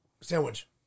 sandwich